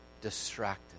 distracted